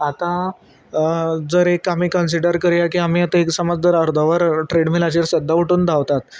आतां जर एक आमी कन्सिडर करया की आमी आतां एक समज जर अर्दवर ट्रेडमिलाचेर सद्दा उठून धांवतात